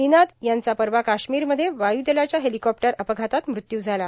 निनाद यांचा परवा काश्मीरमध्ये वायूदलाच्या हेलिकॉप्टर अपघातात मृत्यू झाला